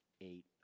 eight